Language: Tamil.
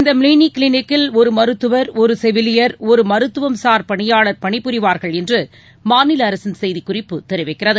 இந்த மினி கிளினிக்கில் ஒரு மருத்துவர் ஒரு செவிலியர் ஒரு மருத்துவம்சார் பணியாளர் பணிபுரிவார்கள் என்று மாநில அரசின் செய்திக்குறிப்பு தெரிவிக்கிறது